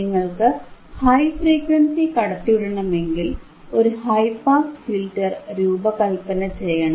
നിങ്ങൾക്ക് high frequency കടത്തിവിടണമെങ്കിൽ ഒരു ഹൈ പാസ് ഫിൽറ്റർ രൂപകല്പന ചെയ്യണം